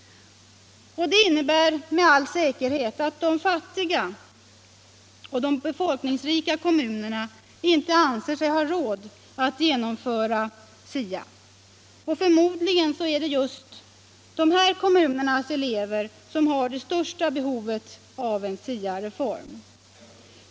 Det innebär med all säkerhet att de fattiga och befolkningsrika kommunerna inte anser sig ha råd att genomföra SIA. Förmodligen är det just de här kommunernas elever som har det största behovet av en SIA-reform.